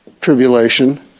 tribulation